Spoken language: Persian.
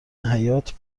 حیات